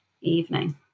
evening